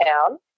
town